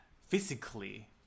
physically